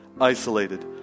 isolated